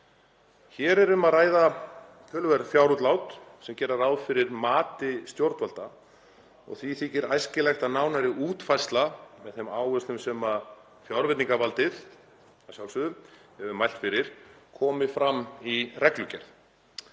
Hér er um að ræða töluverð fjárútlát sem gera ráð fyrir mati stjórnvalda og því þykir æskilegt að nánari útfærsla með þeim áherslum sem fjárveitingavaldið, að sjálfsögðu, hefur mælt fyrir komi fram í reglugerð.